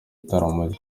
igitaramo